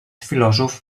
filòsof